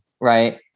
right